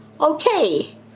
Okay